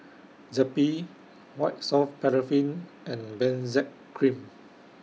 Zappy White Soft Paraffin and Benzac Cream